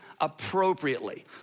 appropriately